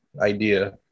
idea